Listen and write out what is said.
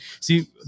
see